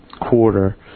quarter